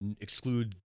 exclude